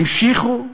המשיכו.